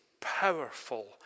powerful